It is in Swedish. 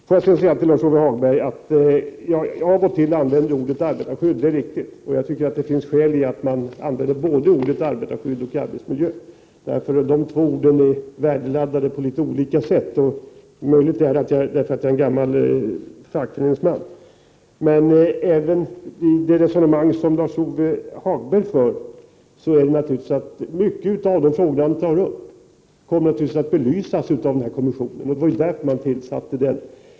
Får jag sedan säga till Lars-Ove Hagberg att det är riktigt att jag har använt ordet ”arbetarskydd”. Jag tycker det finns skäl att använda både det ordet och ordet ”arbetsmiljö”. Jag tycker de två orden är värdeladdade på litet olika sätt; möjligen därför att jag är en gammal fackföreningsman. Många av de frågor som Lars-Ove Hagberg tar upp i sitt resonemang kommer naturligtvis att belysas av kommissionen — det var ju därför den tillsattes.